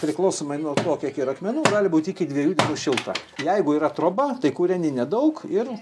priklausomai nuo to kiek yra akmenų gali būti iki dviejų šilta jeigu yra troba tai kūreni nedaug ir